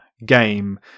game